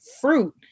fruit